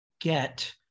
get